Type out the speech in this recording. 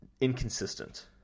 inconsistent